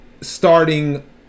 starting